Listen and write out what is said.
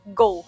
go